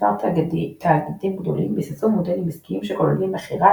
מספר תאגידים גדולים ביססו מודלים עסקיים שכוללים מכירה,